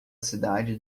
cidade